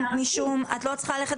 בוודאי שכן,